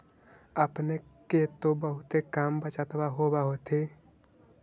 अपने के तो बहुते कम बचतबा होब होथिं?